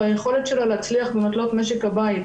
ביכולת שלה להצליח במטלות משק הבית,